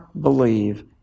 believe